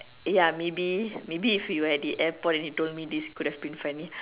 ya maybe maybe if you were at the airport and you told me this it would've been funny